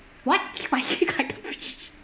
what spicy cuttlefish